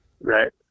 Right